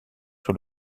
sur